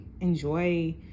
enjoy